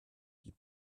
die